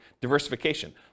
diversification